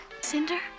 Cinder